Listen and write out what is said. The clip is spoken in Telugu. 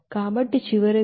కాబట్టి చివరగా మీరు 46